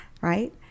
right